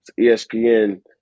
ESPN